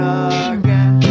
again